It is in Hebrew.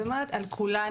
אז אני אומרת על כולנו,